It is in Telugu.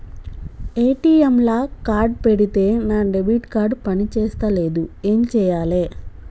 ఏ.టి.ఎమ్ లా కార్డ్ పెడితే నా డెబిట్ కార్డ్ పని చేస్తలేదు ఏం చేయాలే?